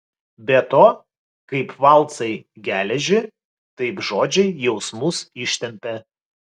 be to kaip valcai geležį taip žodžiai jausmus ištempia